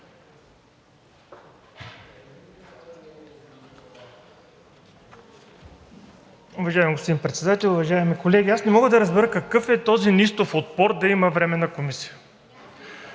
Уважаеми господин Председател, уважаеми колеги! Аз не мога да разбера какъв е този неистов отпор да има Временна комисия?